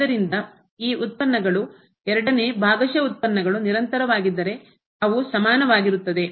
ಆದ್ದರಿಂದ ಈ ಉತ್ಪನ್ನಗಳು ಎರಡನೇ ಭಾಗಶಃ ಉತ್ಪನ್ನಗಳು ನಿರಂತರವಾಗಿದ್ದರೆ ಅವು ಸಮಾನವಾಗಿರುತ್ತದೆ